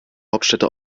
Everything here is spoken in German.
hauptstädte